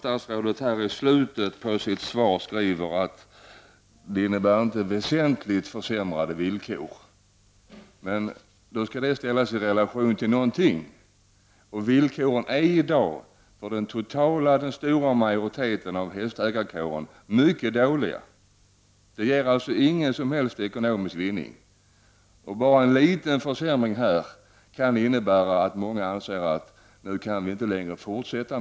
Statsrådet skriver i slutet av svaret att förändringarna i in komstskatten inte kommer att medföra några väsentligt försämrade villkor. Men detta måste då ställas i relation till något annat. Villkoren för den stora majoriteten av hästägarkåren är i dag mycket dåliga. Verksamheten ger alltså ingen som helst ekonomisk vinning. Bara en liten försämring kan innebära att många anser att de inte längre kan fortsätta.